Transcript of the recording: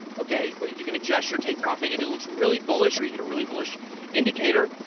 okay? or you can adjust your take-profit if it looks really bullish or you get a really bullish indicator.